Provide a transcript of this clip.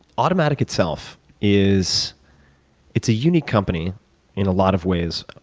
automattic itself is it's a unique company in a lot of ways.